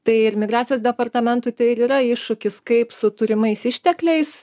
tai ir migracijos departamentui tai ir yra iššūkis kaip su turimais ištekliais